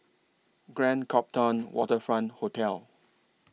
Grand Copthorne Waterfront Hotel